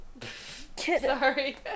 Sorry